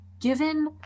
given